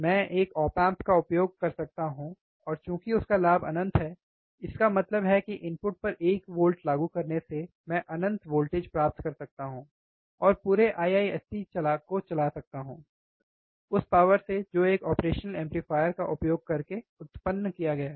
मैं एक op amp का उपयोग कर सकता हूं और चूंकि उसका लाभ अनंत है इसका मतलब है कि इनपुट पर एक वोल्ट लागू करने से मैं अनंत वोल्टेज प्राप्त कर सकता हूं और पूरे आईआईएससी चला सकता हूं उस पावर से जो एक ऑपरेशनल एम्पलीफायर का उपयोग करके उत्पन्न किया गया है